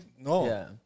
no